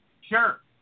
Sure